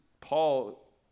Paul